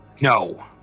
No